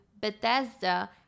Bethesda